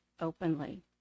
openly